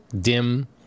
dim